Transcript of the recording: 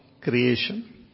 creation